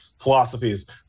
philosophies